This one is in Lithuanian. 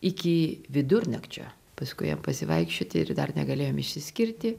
iki vidurnakčio paskui ėjom pasivaikščioti ir dar negalėjom išsiskirti